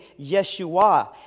Yeshua